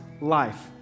life